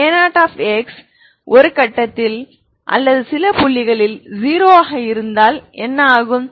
a0x ஒரு கட்டத்தில் அல்லது சில புள்ளிகளில் 0 ஆக இருந்தால் என்ன ஆகும்